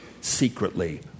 secretly